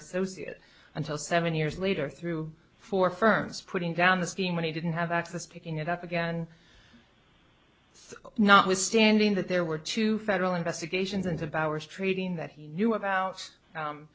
it until seven years later through four firms putting down the scheme when he didn't have access picking it up again notwithstanding that there were two federal investigations into bowers trading that he knew about